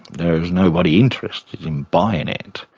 there's nobody interested in buying it.